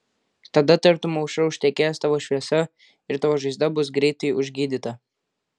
tada tartum aušra užtekės tavo šviesa ir tavo žaizda bus greitai užgydyta